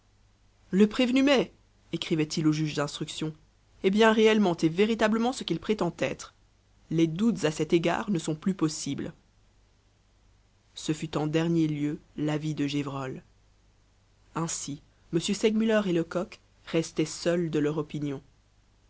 le prévenu mai écrivit-il au juge d'instruction est bien réellement et véritablement ce qu'il prétend être les doutes à cet égard ne sont plus possibles ce fut en dernier lieu l'avis de gévrol ainsi m segmuller et lecoq restaient seuls de leur opinion